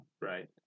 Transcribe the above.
Right